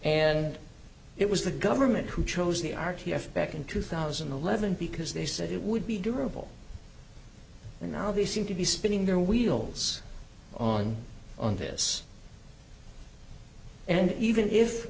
and it was the government who chose the r t f back in two thousand and eleven because they said it would be durable now they seem to be spinning their wheels on on this and even if